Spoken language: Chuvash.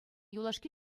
юлашки